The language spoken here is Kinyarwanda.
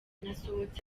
nasohotse